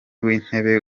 wintebe